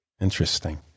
Interesting